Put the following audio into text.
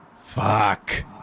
Fuck